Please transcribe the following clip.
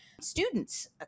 students